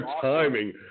timing